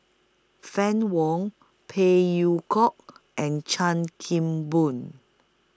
Fann Wong Phey Yew Kok and Chan Kim Boon